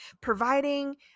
providing